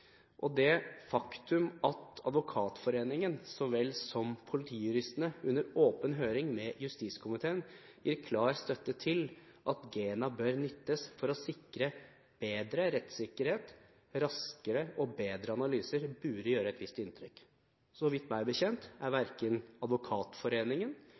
Det faktum at Advokatforeningen så vel som politijuristene under åpen høring med justiskomiteen gir klar støtte til at GENA bør nyttes for å sikre bedre rettssikkerhet, raskere og bedre analyser, burde gjøre et visst inntrykk. Meg bekjent er